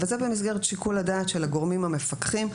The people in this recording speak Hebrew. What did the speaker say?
זה במסגרת שיקול הדעת של הגורמים המפקחים,